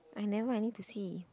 I never I need to see